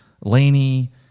Laney